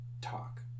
talk